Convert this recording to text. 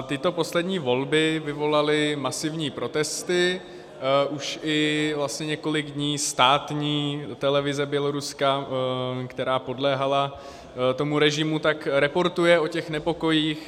Tyto poslední volby vyvolaly masivní protesty, už i vlastně několik dní státní televize Běloruska, která podléhala tomu režimu, reportuje o těch nepokojích.